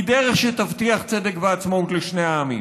דרך שתבטיח צדק ועצמאות לשני העמים.